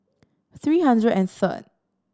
three hundred and third